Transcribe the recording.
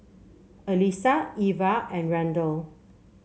Alisa Iva and Randell